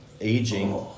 aging